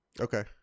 Okay